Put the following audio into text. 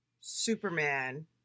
Superman